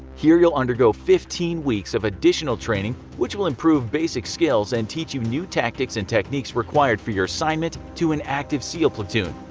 here you'll undergo fifteen weeks of additional training which will improve basic skills and teach you new tactics and techniques required for your assignment to an active seal platoon.